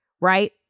right